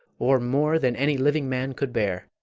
or more than any living man could bear.